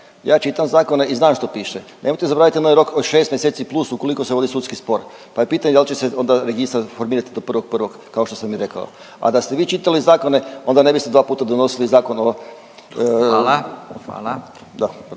ja čitam zakone i znam što piše. Nemojte zaboraviti onaj dok od 6 mjeseci plus ukoliko se vodi sudski spor pa je pitanje da li će se onda registar formirati do 1.1. kao što sam i rekao. A da ste vi čitali zakone, onda ne biste dva puta donosili zakon o … .../Upadica: Hvala.